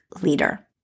leader